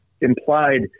implied